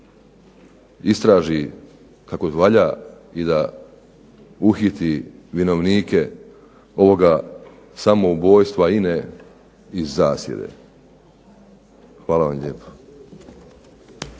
istraži kako valja i da uhiti vinovnike ovoga samoubojstva INA-e iz zasjede. Hvala vam lijepo.